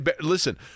Listen